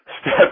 step